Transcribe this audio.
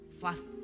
Fast